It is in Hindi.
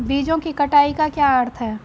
बीजों की कटाई का क्या अर्थ है?